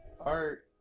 Art